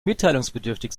mitteilungsbedürftig